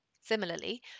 Similarly